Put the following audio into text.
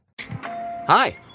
Hi